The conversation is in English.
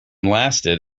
lasted